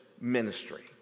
ministry